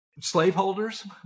slaveholders